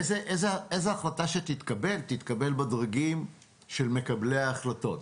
כל החלטה שתתקבל תתקבל בדרגים של מקבלי ההחלטות.